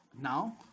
Now